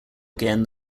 again